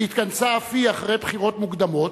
שהתכנסה אף היא אחרי בחירות מוקדמות,